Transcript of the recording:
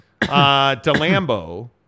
DeLambo